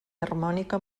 harmònica